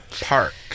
park